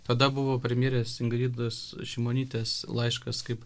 tada buvo premjerės ingridos šimonytės laiškas kaip